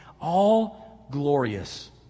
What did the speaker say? all-glorious